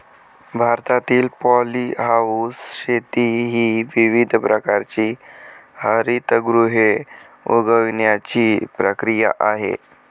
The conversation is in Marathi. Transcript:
भारतातील पॉलीहाऊस शेती ही विविध प्रकारची हरितगृहे उगवण्याची प्रक्रिया आहे